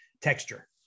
texture